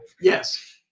Yes